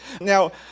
Now